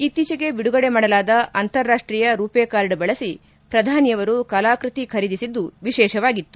ಇತ್ತೀಚೆಗೆ ಬಿಡುಗಡೆ ಮಾಡಲಾದ ಅಂತಾರಾಷ್ಷೀಯ ರೂಪೆಕಾರ್ಡ್ ಬಳಸಿ ಪ್ರಧಾನಿ ಅವರು ಕಲಾಕೃತಿ ಖರೀದಿಸಿದ್ದು ವಿಶೇಷವಾಗಿತ್ತು